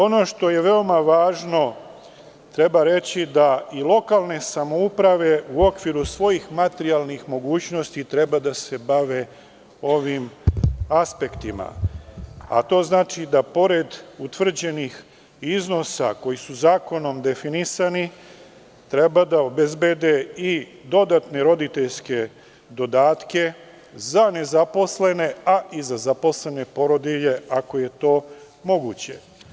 Ono što je veoma važno, treba reći da i lokalne samouprave u okviru svojih materijalnih mogućnosti treba da se bave ovim aspektima, a to znači da pored utvrđenih iznosa koji su zakonom definisani, treba da obezbede i dodatne roditeljske dodatke za nezaposlene, a i za zaposlene porodilje, ako je to moguće.